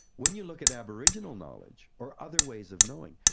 when you look at aboriginal knowledge or other ways of knowing,